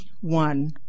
one